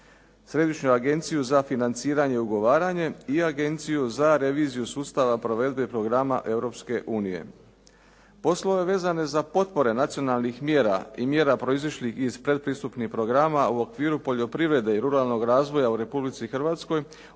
Središnju agenciju za financiranje i ugovaranje i Agenciju za reviziju sustava provedbe programa Europske unije. Poslove vezane za potpore nacionalnih mjera i mjera proizašlih iz pretpristupnih programa u okviru poljoprivrede i ruralnog razvoja u Republici Hrvatskoj,